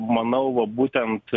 manau va būtent